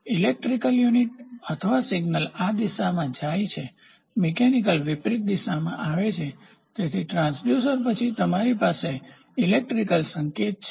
electrical unit અથવા signal આ દિશામાં જાય છે મિકેનિકલયાંત્રિક વિપરીત દિશામાં આવે છે તેથી ટ્રાંસડ્યુસર પછી તમારી પાસે ઇલેક્ટ્રિકલ સંકેત છે